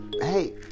hey